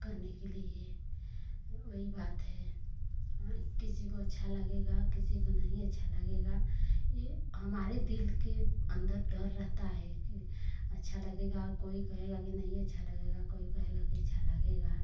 करने के लिए वही बात है हाँ किसी को अच्छा लगेगा किसी को नहीं अच्छा लगेगा ये हमारे दिल के अन्दर डर रहता है कि अच्छा लगेगा कोई कहेगा कि नहीं अच्छा लगेगा कोई कहेगा कि अच्छा लगेगा